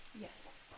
yes